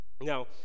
Now